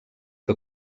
que